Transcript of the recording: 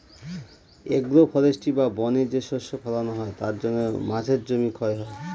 agro forestry বা বনে যে শস্য ফলানো হয় তার জন্য মাঝের জমি ক্ষয় হয়